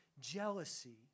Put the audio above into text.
jealousy